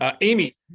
Amy